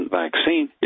vaccine